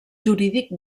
jurídic